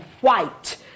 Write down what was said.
white